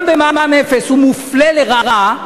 גם במע"מ אפס הוא מופלה לרעה,